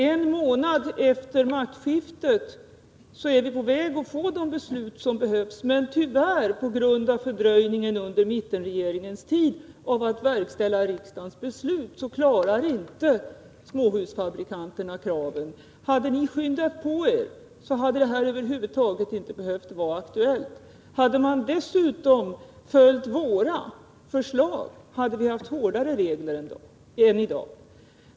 En månad efter maktskiftet är vi på väg att få de beslut som behövs. Men på grund av fördröjningen under mittenregeringens tid med att verkställa riksdagens beslut klarar tyvärr inte småhusfabrikanterna kraven. Hade ni skyndat på hade detta över huvud taget inte behövt vara aktuellt. Hade man dessutom följt våra förslag hade vi haft hårdare regler än i dag.